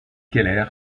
keller